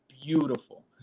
beautiful